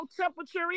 temperature